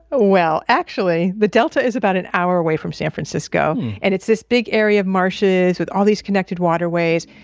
ah well, actually the delta is about an hour away from san francisco and it's this big area of marshes with all these connected waterways.